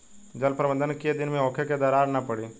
जल प्रबंधन केय दिन में होखे कि दरार न पड़ी?